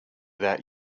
that